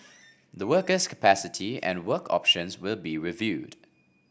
the worker's capacity and work options will be reviewed